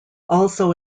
also